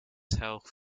health